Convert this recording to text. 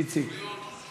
איציק.